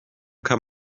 kann